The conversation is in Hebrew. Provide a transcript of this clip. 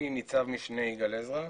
אני ניצב שנה יגאל עזרא.